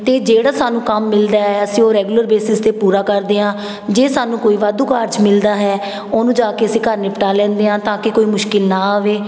ਅਤੇ ਜਿਹੜਾ ਸਾਨੂੰ ਕੰਮ ਮਿਲਦਾ ਹੈ ਅਸੀਂ ਉਹ ਰੈਗੂਲਰ ਬੇਸਿਸ 'ਤੇ ਪੂਰਾ ਕਰਦੇ ਹਾਂ ਜੇ ਸਾਨੂੰ ਕੋਈ ਵਾਧੂ ਕਾਰਜ ਮਿਲਦਾ ਹੈ ਉਹਨੂੰ ਜਾ ਕੇ ਅਸੀਂ ਘਰ ਨਿਪਟਾ ਲੈਂਦੇ ਹਾਂ ਤਾਂ ਕਿ ਕੋਈ ਮੁਸ਼ਕਲ ਨਾ ਆਵੇ